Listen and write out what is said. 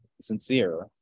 sincere